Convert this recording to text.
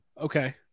Okay